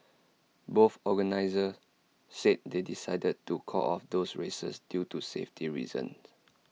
both organisers said they decided to call off those races due to safety reasons